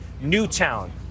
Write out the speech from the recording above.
Newtown